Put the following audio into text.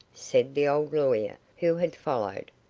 said the old lawyer, who had followed.